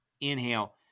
inhale